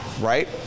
right